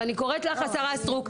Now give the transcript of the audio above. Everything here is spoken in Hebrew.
ואני קוראת לך השרה סטרוק,